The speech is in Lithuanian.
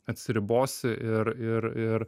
atsiribosi ir ir ir